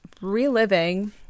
reliving